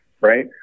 right